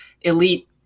elite